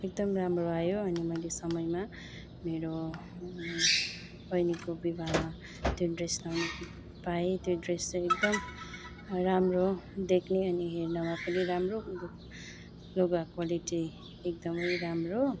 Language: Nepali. एकदम राम्रो आयो अनि मैले समयमा मेरो बहिनीको विवाहमा त्यो ड्रेस लाउनु पाएँ त्यो ड्रेस चाहिँ एकदम राम्रो देख्ने अनि हेर्नमा पनि राम्रो लुगाको क्वालिटी एकदमै राम्रो